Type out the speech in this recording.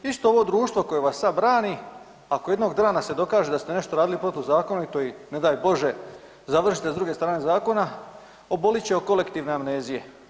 Isto ovo društvo koje vas sad brani, ako jednog dana se dokaže da ste nešto radili protuzakonito i ne daj Bože završite s druge strane zakona obolit će od kolektivne amnezije.